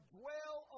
dwell